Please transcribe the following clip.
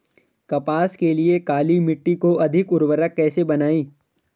कपास के लिए काली मिट्टी को अधिक उर्वरक कैसे बनायें?